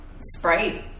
sprite